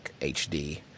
HD